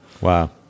Wow